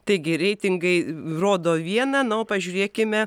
taigi reitingai rodo vieną na o pažiūrėkime